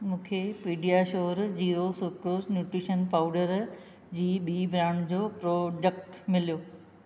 मूंखे PediaSure zero sucrose nutrition powder जी ॿी ब्रांड जो प्रोडक्ट मिलियो